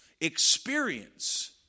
experience